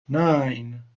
nine